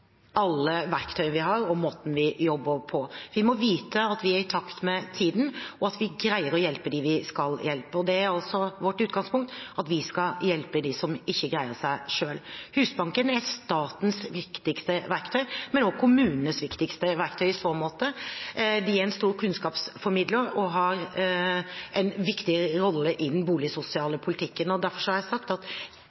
vite at vi er i takt med tiden, og at vi greier å hjelpe dem vi skal hjelpe. Vårt utgangspunkt er at vi skal hjelpe dem som ikke greier det selv. Husbanken er statens viktigste verktøy, men også kommunenes viktigste verktøy i så måte. De er en stor kunnskapsformidler og har en viktig rolle i den